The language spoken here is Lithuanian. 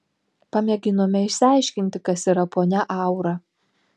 pamėginome išsiaiškinti kas yra ponia aura